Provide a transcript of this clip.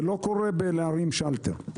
זה לא קורה בלהרים שאלטר.